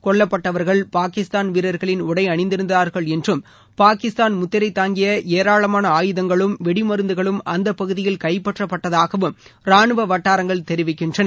கொல்லபட்டவர்கள் பாகிஸ்தான் வீரர்களின் உடை அணிந்திருந்தார்கள் என்றும் பாகிஸ்தான் முத்திரை தாங்கிய ஏராளமான ஆயுதங்களும் வெடிமருந்துகளும் அந்த பகுதியில் கைப்பற்றப்பட்டதாகவும் ராணுவ வட்டாரங்கள் தெரிவிக்கின்றன